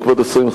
כבוד השרים,